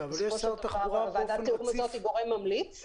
בסופו של דבר הוועדה היא גורם ממליץ.